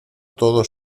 todos